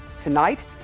Tonight